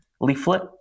leaflet